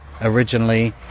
originally